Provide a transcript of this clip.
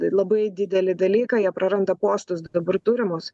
labai didelį dalyką jie praranda postus dabar turimus